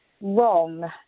wrong